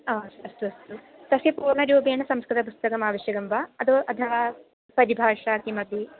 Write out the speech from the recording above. ह अस्तु अस्तु तस्य पूर्णरूपेण संस्कृतपुस्तकम् आवश्यकं वा अथवा अथवा परिभाषा किमपि